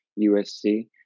USC